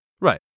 Right